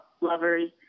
lovers